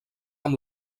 amb